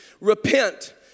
Repent